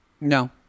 No